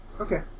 Okay